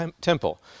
temple